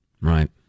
Right